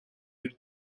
mit